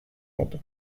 oldu